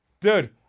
Dude